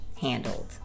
handled